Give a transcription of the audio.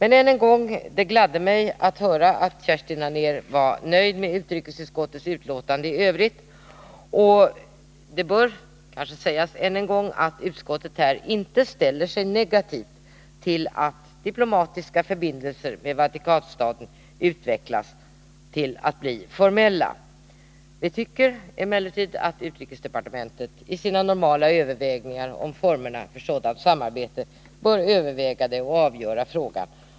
Än en gång: Det gladde mig att höra att Kerstin Anér var nöjd med utrikesutskottets betänkande i övrigt, och det bör kanske upprepas att utrikesutskottet inte ställer sig negativt till att diplomatiska förbindelser med Vatikanstaten utvecklas till att bli formella. Vi tycker emellertid, som jag påpekat, att utrikesdepartementet i sina normala överväganden om formerna för sådant samarbete bör avgöra den frågan.